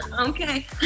Okay